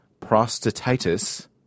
prostatitis